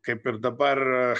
kaip ir dabar